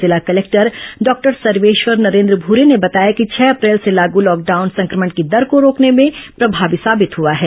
जिला collector doctor Sarveshwar Narendra Bhure ने बताया कि छह अप्रैल से लागू लॉकडाउन संक्रमण की दर को रोकने में प्रभावी साबित हुआ है